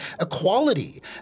equality